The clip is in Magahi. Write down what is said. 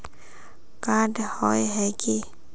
कार्ड होय है की?